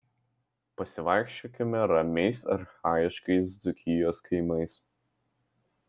pasivaikščiokime ramiais archaiškais dzūkijos kaimais